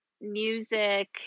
music